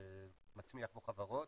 מצמיח פה חברות